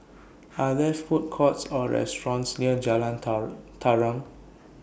Are There Food Courts Or restaurants near Jalan Tarum